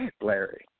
Larry